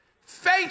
Faith